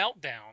meltdown